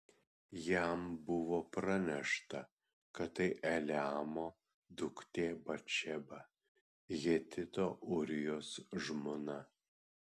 jam buvo pranešta kad tai eliamo duktė batšeba hetito ūrijos žmona